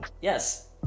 Yes